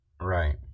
Right